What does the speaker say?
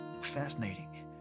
Fascinating